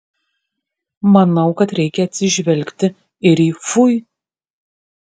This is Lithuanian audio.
manau kad reikia atsižvelgti ir į fui